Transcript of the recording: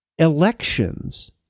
Elections